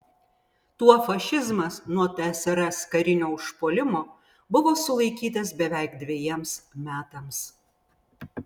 tuo fašizmas nuo tsrs karinio užpuolimo buvo sulaikytas beveik dvejiems metams